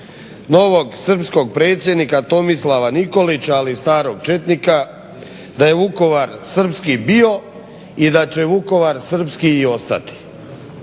novog srpskog predsjednika Tomislava Nikolića, ali starog četnika da je Vukovar srpski bio i da će Vukovar srpski i ostati.